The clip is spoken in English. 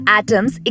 atoms